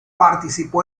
participó